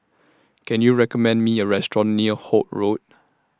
Can YOU recommend Me A Restaurant near Holt Road